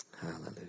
Hallelujah